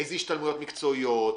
איזה השתלמויות מקצועיות,